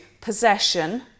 possession